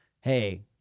hey